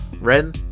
Ren